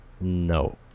no